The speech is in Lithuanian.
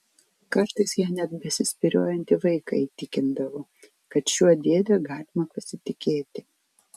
kartais ja net besispyriojantį vaiką įtikindavo kad šiuo dėde galima pasitikėti